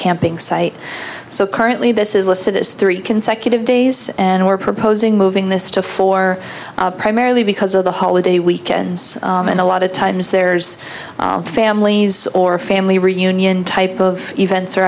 camping site so currently this is listed as three consecutive days and we're proposing moving this to four primarily because of the holiday weekends and a lot of times there's families or family reunion type of events or